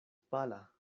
pala